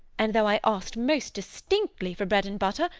and though i asked most distinctly for bread and butter,